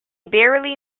barely